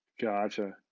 Gotcha